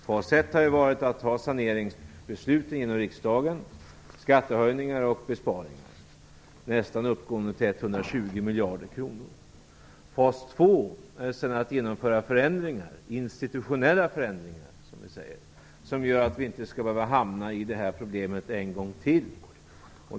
Fas 1 har ju varit att ta saneringsbesluten i riksdagen - skattehöjningar och besparingar, uppgående till nästan 120 miljarder kronor. Fas 2 är sedan att genomföra s.k. institutionella förändringar som gör att vi inte skall behöva hamna i samma problem en gång till.